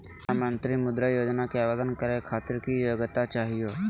प्रधानमंत्री मुद्रा योजना के आवेदन करै खातिर की योग्यता चाहियो?